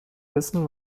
wissen